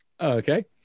Okay